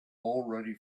already